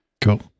cool